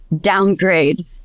downgrade